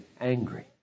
angry